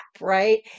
right